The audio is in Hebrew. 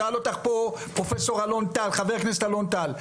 שאל אותך פה חבר הכנסת אלון טל,